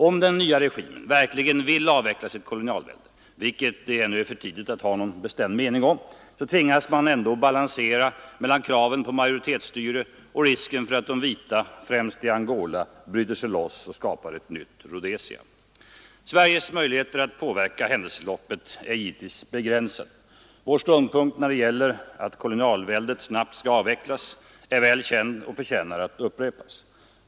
Om den nya regimen verkligen vill avveckla sitt kolonialvälde — vilket det ännu är för tidigt att ha någon bestämd mening om — tvingas den ändå balansera mellan kraven på majoritetsstyre och risken för att de vita, främst i Angola, bryter sig loss och skapar ett nytt Rhodesia. Sveriges möjligheter att påverka händelseförloppet är givetvis begränsade. Vår ståndpunkt att kolonialväldet snabbt skall avvecklas är välkänd och förtjänar att understrykas.